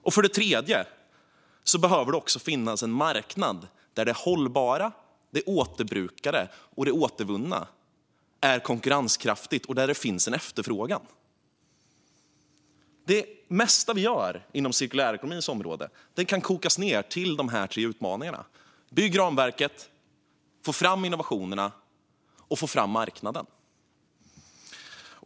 Och för det tredje behöver det också finnas en marknad där det hållbara, det återbrukade och det återvunna är konkurrenskraftigt och det finns en efterfrågan. Det mesta vi gör inom cirkulärekonomins område kokar ned till dessa tre utmaningar: bygg ramverket, få fram innovationerna och få fram marknaden.